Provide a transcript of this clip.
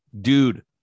Dude